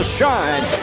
shine